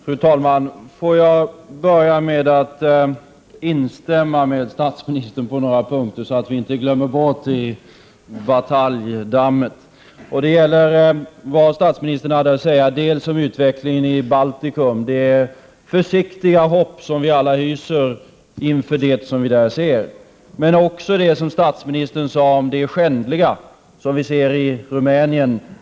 Fru talman! Jag vill börja med att instämma med statsministern på några punkter så att jag inte glömmer bort det i bataljdammet. Det gäller dels det som statsministern sade om utvecklingen i Baltikum, om det försiktiga hopp som vi alla hyser inför det som vi där kan se, dels det som statsministern sade om det skändliga som vi ser i Rumänien.